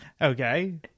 Okay